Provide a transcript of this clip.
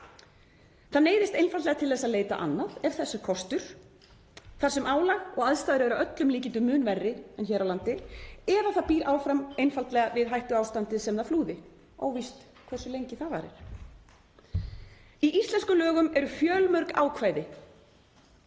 Það neyðist einfaldlega til að leita annað ef þess er kostur, þar sem álag og aðstæður eru að öllum líkindum mun verri en hér á landi, eða býr einfaldlega áfram við hættuástandið sem það flúði. Óvíst hversu lengi það varir. Í íslenskum lögum eru fjölmörg ákvæði